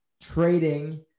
trading